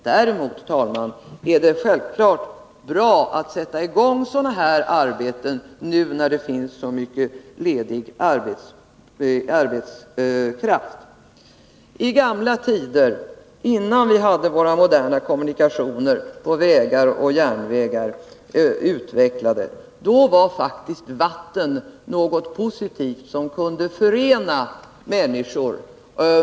Däremot, herr talman, är det självfallet bra att sätta i gång sådana här arbeten nu när det finns så mycket ledig arbetskraft. I gamla tider, innan vi hade våra moderna kommunikationer och vägar och järnvägar utvecklade, var faktiskt vatten något positivt som kunde förena människor.